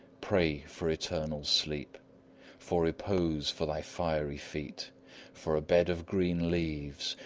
pray for eternal sleep for repose for thy fiery feet for a bed of green leaves,